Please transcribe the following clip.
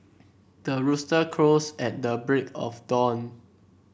the rooster crows at the break of dawn